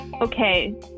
okay